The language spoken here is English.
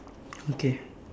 okay